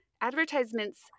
advertisements